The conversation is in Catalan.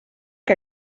que